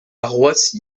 roissy